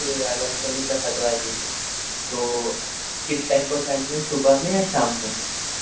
چوڑی والان گلی حد والی میں تو کس ٹائم پہنچانی ہے صبح میں یا شام میں